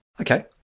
Okay